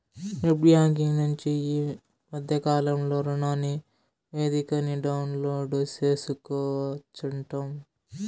net banking నుంచి ఈ మద్దె కాలంలో రుణనివేదికని డౌన్లోడు సేసుకోవచ్చంట